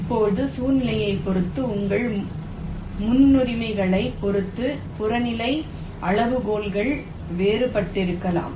இப்போது சூழ்நிலையைப் பொறுத்து உங்கள் முன்னுரிமைகளைப் பொறுத்து புறநிலை அளவுகோல்கள் வேறுபட்டிருக்கலாம்